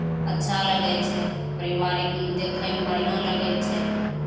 अच्छा लगै छै पारिवारिकमे देखयमे बढ़िआँ लगै छै